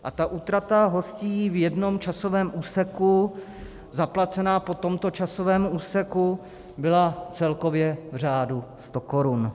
A ta útrata hostí v jednom časovém úseku zaplacená po tomto časovém úseku byla celkově v řádu stokorun.